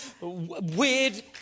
weird